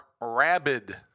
rabid